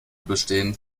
bestehen